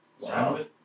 Wow